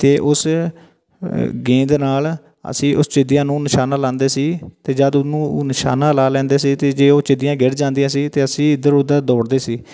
ਅਤੇ ਉਸ ਗੇਂਦ ਨਾਲ ਅਸੀਂ ਉਸ ਚਿਦੀਆਂ ਨੂੰ ਨਿਸ਼ਾਨਾ ਲਾਉਂਦੇ ਸੀ ਅਤੇ ਜਦ ਉਹਨੂੰ ਉਹ ਨਿਸ਼ਾਨਾ ਲਾ ਲੈਂਦੇ ਸੀ ਅਤੇ ਜੇ ਉਹ ਚਿਦੀਆਂ ਗਿਰ ਜਾਂਦੀਆਂ ਸੀ ਅਤੇ ਅਸੀਂ ਇੱਧਰ ਉੱਧਰ ਦੌੜਦੇ ਸੀ